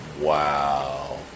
wow